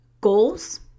goals